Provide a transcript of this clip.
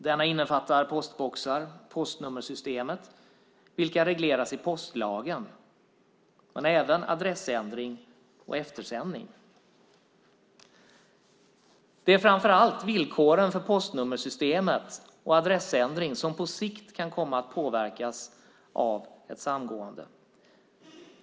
Denna innefattar postboxar och postnummersystemet, vilka regleras i postlagen, men även adressändring och eftersändning. Det är framför allt villkoren för postnummersystemet och adressändring som på sikt kan komma att påverkas av ett samgående.